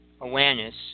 awareness